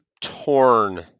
torn